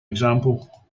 example